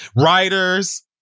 Writers